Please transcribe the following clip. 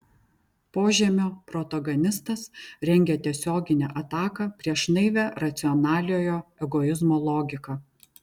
požemio protagonistas rengia tiesioginę ataką prieš naivią racionaliojo egoizmo logiką